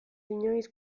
inoiz